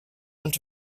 und